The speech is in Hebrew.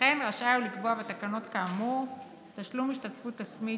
וכן רשאי הוא לקבוע בתקנות כאמור תשלום השתתפות עצמית